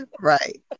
Right